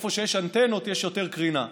שאיפה שיש אנטנות, יש יותר קרינה.